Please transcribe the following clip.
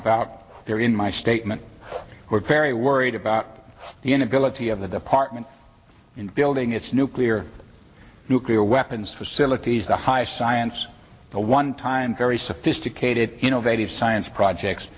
about there in my statement who are very worried about the inability of the department in building its nuclear nuclear weapons facilities the high science the one time very sophisticated innovative science projects